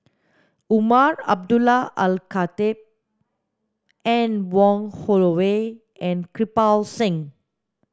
Umar Abdullah Al Khatib Anne Wong Holloway and Kirpal Singh